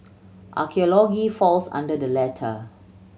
archaeology falls under the latter